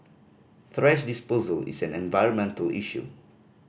thrash disposal is an environmental issue